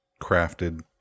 crafted